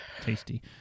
Tasty